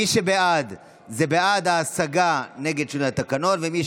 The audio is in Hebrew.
מירב כהן, אלעזר שטרן, מיקי